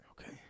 Okay